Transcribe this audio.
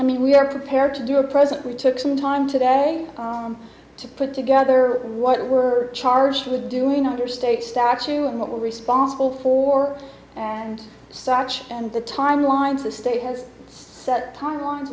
i mean we are prepared to do a present we took some time today to put together what were charged with doing under state statue and what we're responsible for and such and the timelines the state has set timelines